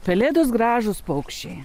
pelėdos gražūs paukščiai